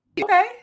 Okay